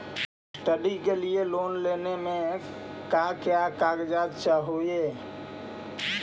Study के लिये loan लेने मे का क्या कागजात चहोये?